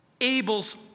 Abel's